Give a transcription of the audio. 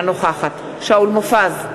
אינה נוכחת שאול מופז,